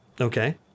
Okay